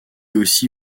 aussi